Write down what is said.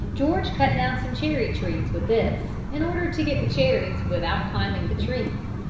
george cut down some cherry-trees with this, in order to get the cherries without climbing the trees.